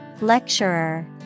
Lecturer